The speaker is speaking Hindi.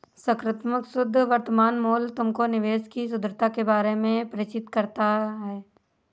सकारात्मक शुद्ध वर्तमान मूल्य तुमको निवेश की शुद्धता के बारे में परिचित कराता है